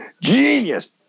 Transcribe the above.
Genius